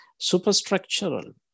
superstructural